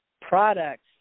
products